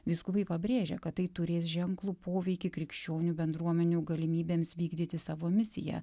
vyskupai pabrėžia kad tai turės ženklų poveikį krikščionių bendruomenių galimybėms vykdyti savo misiją